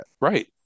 right